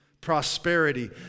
prosperity